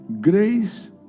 Grace